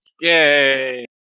Yay